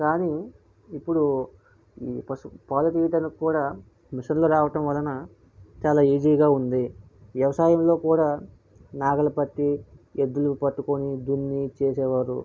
కానీ ఇప్పుడుఈ పాలు తీయడానికి కూడా మెషన్లు రావడం వలన చాలా ఈజీగా ఉంది వ్యవసాయంలో కూడా నాగలిపట్టి ఎద్దులు పట్టుకొని దున్ని చేసేవారు